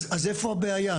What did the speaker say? אז איפה הבעיה?